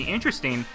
Interesting